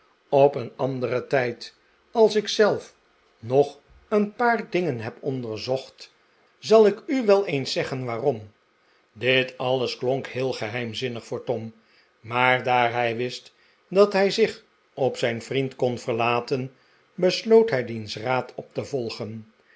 op een anderen tijd als ik zelf nog een paar dingen hob onderzocht zal ik u wel eens zeggen waarom dit alles klonk heel geheimzinnig voor tom maar daar hij wist dat hij zich op zijn vriend kon verlaten besloot hij diens raad op te volgen